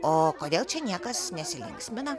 o kodėl čia niekas nesilinksmina